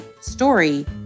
story